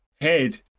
head